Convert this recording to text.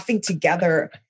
together